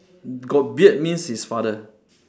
got beard means it's father